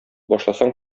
башласаң